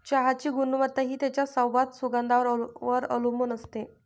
चहाची गुणवत्ता हि त्याच्या स्वाद, सुगंधावर वर अवलंबुन असते